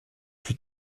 plus